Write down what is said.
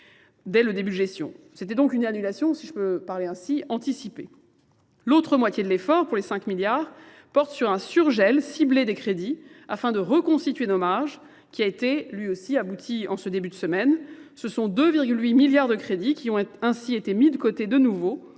je peux parler ainsi, anticipée. L'autre moitié de l'effort pour les 5 milliards porte sur un surgel ciblé des crédits afin de reconstituer nos marges qui a été lui aussi abouti en ce début de semaine. Ce sont 2,8 milliards de crédits qui ont ainsi été mis de côté de nouveau